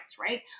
right